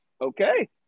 Okay